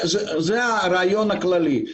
זה הרעיון הכללי.